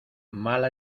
mala